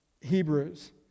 Hebrews